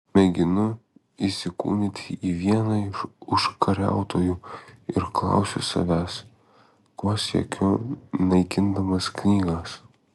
mėginu įsikūnyti į vieną iš užkariautojų ir klausiu savęs ko siekiu naikindamas knygas